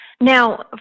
Now